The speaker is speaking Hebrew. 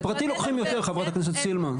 בפרטי לוקחים יותר, חברת הכנסת סילמן.